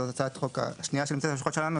זו הצעת החוק השנייה שנמצאת על השולחן שלנו,